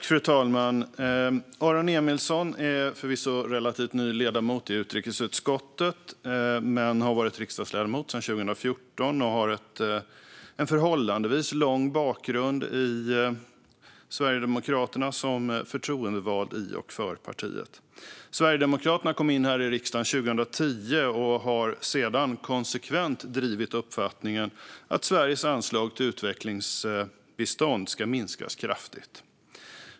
Fru talman! Aron Emilsson är förvisso relativt ny ledamot i utrikesutskottet men har varit riksdagsledamot sedan 2014 och har en förhållandevis lång bakgrund i Sverigedemokraterna som förtroendevald i och för partiet. Sverigedemokraterna kom in i riksdagen 2010 och har sedan konsekvent drivit uppfattningen att Sveriges anslag till utvecklingsbistånd ska minskas kraftigt.